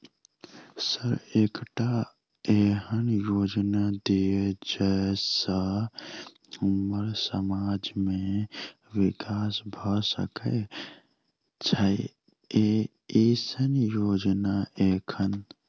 Sir एकटा एहन योजना दिय जै सऽ हम्मर समाज मे विकास भऽ सकै छैय एईसन योजना एखन?